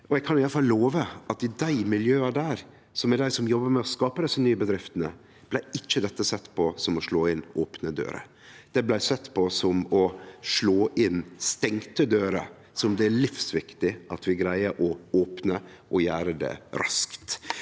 Eg kan i alle fall love at i dei miljøa, som er dei som jobbar med å skape desse nye bedriftene, blei ikkje dette sett på som å slå inn opne dører. Det blei sett på som å slå inn stengde dører, som det er livsviktig at vi greier å opne, og at vi gjer det raskt.